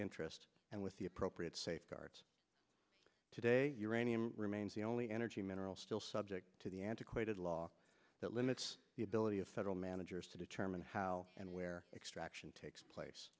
interest and with the appropriate safeguards today uranium remains the only energy mineral still subject to the antiquated law that limits the ability of federal managers to determine how and where extraction takes place